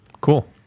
Cool